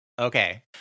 Okay